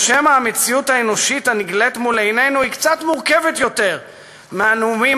או שמא המציאות האנושית הנגלית לעינינו היא קצת מורכבת יותר מהנאומים